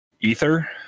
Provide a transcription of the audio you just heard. ether